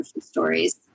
stories